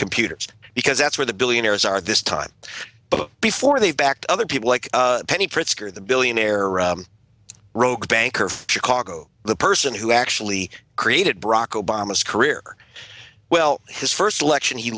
computers because that's where the billionaires are this time before they've backed other people like penny pritzker the billionaire or rogue banker for chicago the person who actually created brock obama's career well his first election he